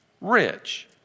rich